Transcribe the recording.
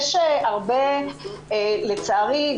יש הרבה לצערי,